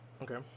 Okay